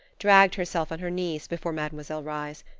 dragged herself on her knees before mademoiselle reisz,